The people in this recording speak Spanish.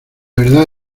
verdad